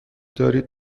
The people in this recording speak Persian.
دارید